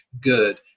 good